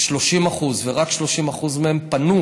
כ-30%, רק 30% מהם, פנו